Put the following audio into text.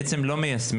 בעצם לא מיישמים.